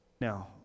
Now